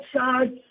Outside